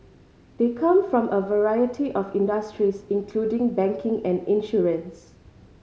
they come from a variety of industries including banking and insurance